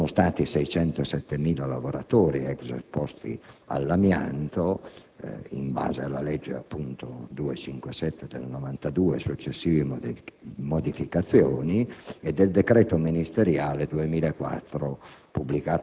Sono stati 607.700 i lavoratori esposti all'amianto che, in base alla legge n. 257 del 1992, e successive modificazioni, e al decreto ministeriale del 27